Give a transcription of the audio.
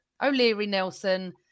O'Leary-Nelson